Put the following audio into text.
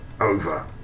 over